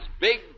Big